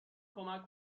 کمک